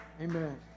Amen